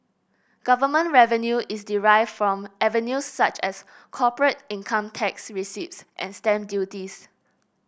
government revenue is derived from avenues such as corporate income tax receipts and stamp duties